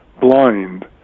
blind